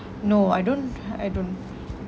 no I don't I don't